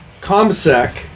ComSec